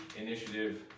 initiative